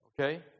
Okay